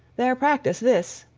their practice this,